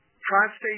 Prostate